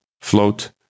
Float